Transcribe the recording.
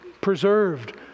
preserved